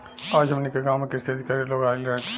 आज हमनी के गाँव में कृषि अधिकारी लोग आइल रहले